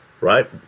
Right